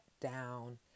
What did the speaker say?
down